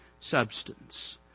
substance